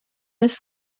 ist